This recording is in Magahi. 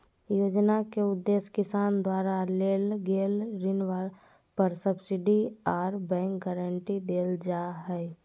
योजना के उदेश्य किसान द्वारा लेल गेल ऋण पर सब्सिडी आर बैंक गारंटी देल जा हई